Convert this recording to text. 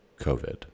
COVID